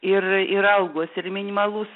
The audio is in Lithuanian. ir ir algos ir minimalus